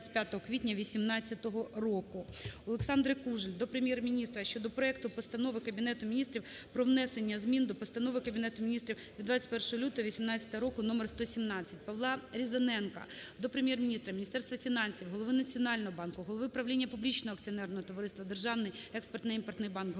Олександри Кужель до Прем'єр-міністра щодо проекту Постанови Кабінету Міністрів "Про внесення змін до Постанови Кабінету Міністрів від 21 лютого 18-го року № 117". ПавлаРізаненка до Прем'єр-міністра, Міністерства фінансів, Голови Національного банку, голови Правління публічного акціонерного товариства "Державний експортно-імпортний банк", голови